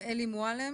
אלי מועלם,